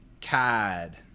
cad